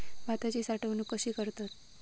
भाताची साठवूनक कशी करतत?